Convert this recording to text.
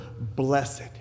blessed